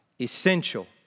essential